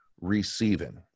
receiving